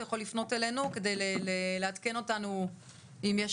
אתה יכול לפנות אלינו כדי לעדכן אותנו אם יש